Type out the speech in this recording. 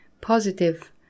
positive